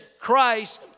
Christ